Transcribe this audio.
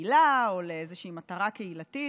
לקהילה או לאיזושהי מטרה קהילתית.